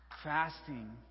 Fasting